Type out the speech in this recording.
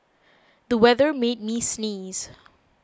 the weather made me sneeze